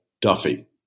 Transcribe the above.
Duffy